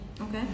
okay